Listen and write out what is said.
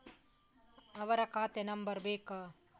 ಅವರ ಖಾತೆ ನಂಬರ್ ಬೇಕಾ?